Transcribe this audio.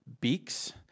beaks